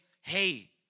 hey